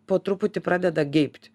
po truputį pradeda geibti